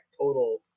total